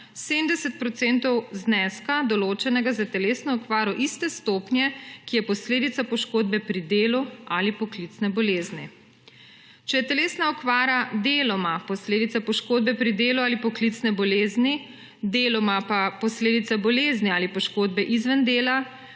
70 % zneska, določenega za telesno okvaro iste stopnje, ki je posledica poškodbe pri delu ali poklicne bolezni. Če je telesna okvara deloma posledica poškodbe pri delu ali poklicne bolezni, deloma pa posledica bolezni ali poškodbe izven dela,